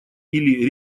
или